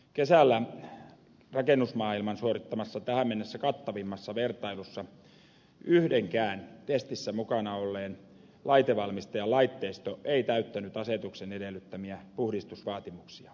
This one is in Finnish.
kesällä rakennusmaailman suorittamassa tähän mennessä kattavimmassa vertailussa yhdenkään testissä mukana olleen laitevalmistajan laitteisto ei täyttänyt asetuksen edellyttämiä puhdistusvaatimuksia